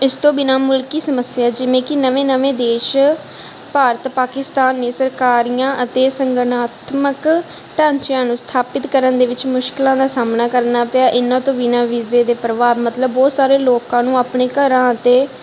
ਇਸ ਤੋਂ ਬਿਨਾਂ ਮੁਲਕੀ ਸਮੱਸਿਆ ਜਿਵੇਂ ਕਿ ਨਵੇਂ ਨਵੇਂ ਦੇਸ਼ ਭਾਰਤ ਪਾਕਿਸਤਾਨ ਨੇ ਸਰਕਾਰੀਆਂ ਅਤੇ ਸੰਗਠਨਾਤਮਕ ਢਾਂਚਿਆਂ ਨੂੰ ਸਥਾਪਿਤ ਕਰਨ ਦੇ ਵਿੱਚ ਮੁਸ਼ਕਲਾਂ ਦਾ ਸਾਹਮਣਾ ਕਰਨਾ ਪਿਆ ਇਹਨਾਂ ਤੋਂ ਬਿਨਾਂ ਵੀਜ਼ੇ ਦੇ ਪ੍ਰਭਾਵ ਮਤਲਬ ਬਹੁਤ ਸਾਰੇ ਲੋਕਾਂ ਨੂੰ ਆਪਣੇ ਘਰਾਂ ਅਤੇ